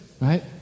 Right